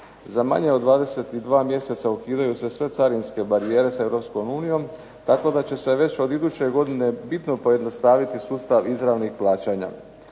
Za manje od 22 mjeseca ukidaju se sve carinske barijere sa Europskom unijom, tako da će se već od iduće godine bitno pojednostaviti sustav izravnih plaćanja.